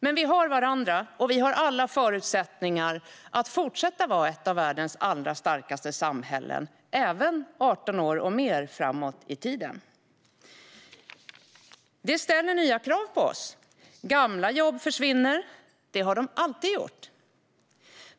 Men vi har varandra, och vi har alla förutsättningar att fortsätta vara ett av världens allra starkaste samhällen, även 18 år och mer framåt i tiden. Detta ställer nya krav på oss. Gamla jobb försvinner; det har de alltid gjort.